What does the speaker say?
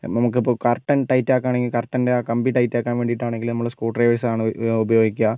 നമുക്കിപ്പോൾ curtain tight ആക്കാനാണെങ്കിൽ കർട്ടൻ്റെ ആ കമ്പി ടൈറ്റ് ആക്കാൻ വേണ്ടിയിട്ടാണെങ്കിലും നമ്മൾ സ്ക്രൂ ഡ്രൈവേഴ്സ് ആണ് ഉപയോഗിക്കുക